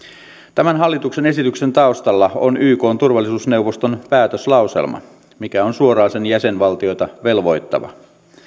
tämän hallituksen esityksen taustalla on ykn turvallisuusneuvoston päätöslauselma mikä on suoraan sen jäsenvaltioita velvoittava